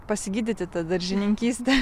pasigydyti ta daržininkyste